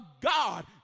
God